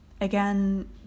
Again